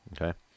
Okay